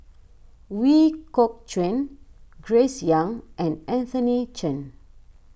Ooi Kok Chuen Grace Young and Anthony Chen